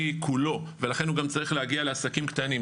כולו ולכן הוא גם צריך להגיע לעסקים קטנים.